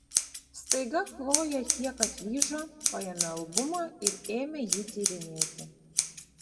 staiga chlojė kiek atlyžo paėmė albumą ir ėmė jį tyrinėti